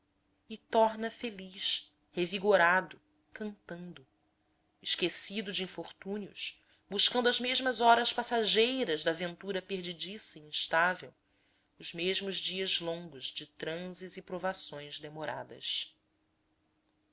e torna feliz revigorando cantando esquecido de infortúnios buscando as mesmas horas passageiras da ventura perdidiça e instável os mesmos dias longos de transes e provações demorados